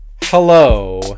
Hello